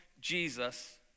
Jesus